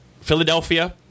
Philadelphia